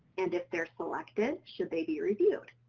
and if they're selected should they be reviewed?